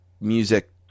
music